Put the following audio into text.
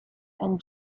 and